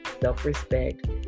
self-respect